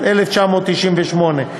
התשנ"ח 1998,